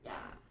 ya